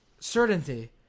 certainty